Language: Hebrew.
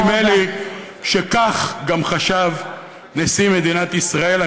נדמה לי שכך גם חשב נשיא מדינת ישראל.